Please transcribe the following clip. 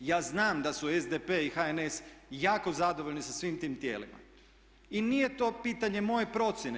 Ja znam da su SDP i HNS jako zadovoljni sa svim tim tijelima i nije to pitanje moje procjene.